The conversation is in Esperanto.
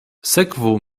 sekvu